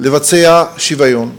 לבצע שוויון,